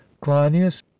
cleinias